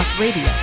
Radio